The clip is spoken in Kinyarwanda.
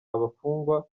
abafungwa